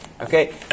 okay